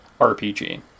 RPG